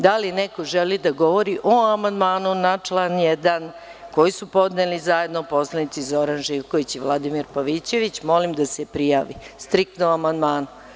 Da li neko želi da govori o amandmanu na član 1. koji su zajedno podneli poslanici Zoran Živković i Vladimir Pavićević, molim da se prijavi, striktno po amandmanu.